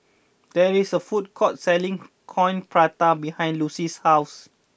there is a food court selling Coin Prata behind Lucy's house